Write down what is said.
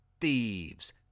Thieves